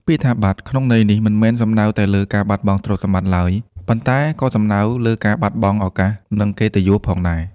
ពាក្យថា «បាត់» ក្នុងន័យនេះមិនមែនសំដៅតែលើការបាត់បង់ទ្រព្យសម្បត្តិឡើយ ប៉ុន្តែក៏សំដៅលើការបាត់បង់ឱកាស និងកិត្តិយសផងដែរ។